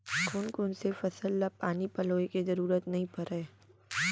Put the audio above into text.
कोन कोन से फसल ला पानी पलोय के जरूरत नई परय?